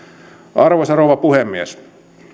arvoisa rouva puhemies